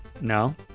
no